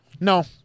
no